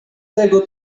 tego